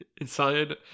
inside